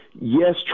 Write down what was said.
yes